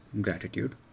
gratitude